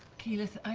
keyleth,